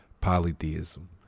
Polytheism